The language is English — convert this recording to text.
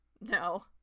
no